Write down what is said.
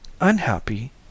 unhappy